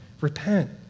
Repent